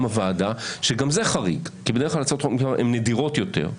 הוועדה שגם זה חריג כי בדרך כלל הצעות חוק כאלה הן נדירות יותר.